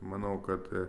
manau kad